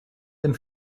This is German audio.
den